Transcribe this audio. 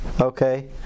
Okay